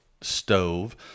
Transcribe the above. stove